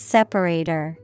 Separator